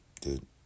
dude